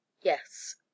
yes